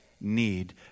need